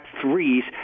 threes